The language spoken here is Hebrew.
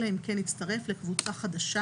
אלא אם כן הצטרף לקבוצה חדשה